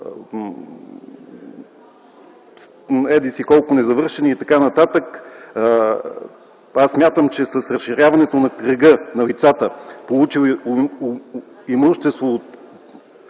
еди колко си незавършени и така нататък, аз смятам, че с разширяването на кръга на лицата, получили имущество от